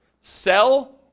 sell